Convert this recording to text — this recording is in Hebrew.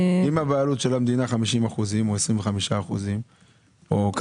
אם הבעלות של המדינה 50% או 25%, כמה?